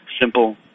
simple